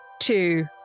Two